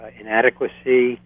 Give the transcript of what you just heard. inadequacy